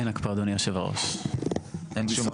אין הקפאה, אדוני יושב הראש, אין שום הקפאה.